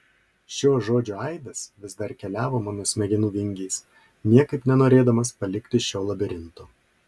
šio žodžio aidas vis dar keliavo mano smegenų vingiais niekaip nenorėdamas palikti šio labirinto